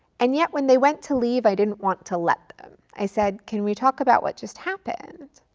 and yet when they went to leave, i didn't want to let them. i said can we talk about what just happened?